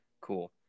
cool